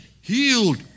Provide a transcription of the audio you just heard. healed